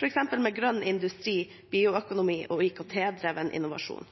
f.eks. med grønn industri, bioøkonomi og IKT-drevet innovasjon.